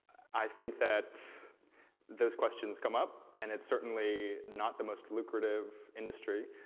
i think that those questions come up and it certainly not the most lucrative industry.